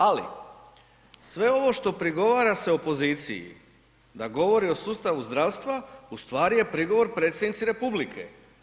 Ali sve ovo što prigovara se opoziciji da govori o sustavu zdravstva ustvari je prigovor predsjednici Republike.